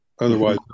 otherwise